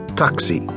taxi